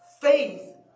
Faith